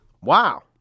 Wow